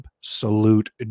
absolute